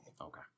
Okay